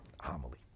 homily